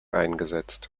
eingesetzt